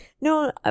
No